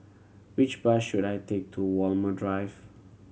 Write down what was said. which bus should I take to Walmer Drive